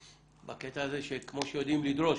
בקטע הזה שכמו שיודעים לדרוש